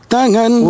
Tangan